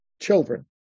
children